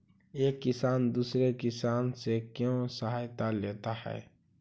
एक किसान दूसरे किसान से क्यों सहायता लेता है?